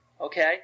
okay